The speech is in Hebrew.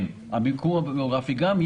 כן, המיקום הגיאוגרפי גם.